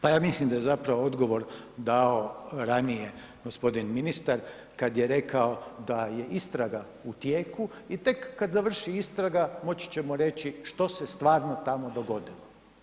Pa ja mislim da je zapravo odgovor dao ranije g. ministar kad je rekao da je istraga u tijeku i tek kad završi istraga moći ćemo reći što se stvarno tamo dogodilo.